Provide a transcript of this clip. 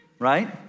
Right